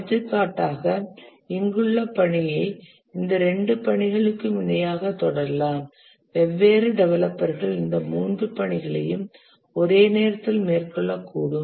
எடுத்துக்காட்டாக இங்குள்ள பணியை இந்த இரண்டு பணிகளுக்கும் இணையாக தொடரலாம் வெவ்வேறு டெவலப்பர்கள் இந்த மூன்று பணிகளையும் ஒரே நேரத்தில் மேற்கொள்ளக்கூடும்